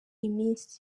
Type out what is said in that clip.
iminsi